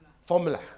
formula